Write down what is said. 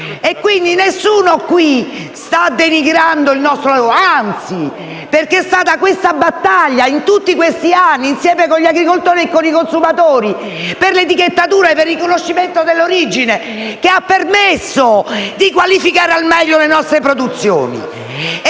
Quindi nessuno qui sta denigrando il nostro lavoro, anzi, perché è stata questa battaglia, in tutti questi anni, insieme agli agricoltori e ai consumatori, per l'etichettatura e il riconoscimento dell'origine che ha permesso di qualificare al meglio le nostre produzioni.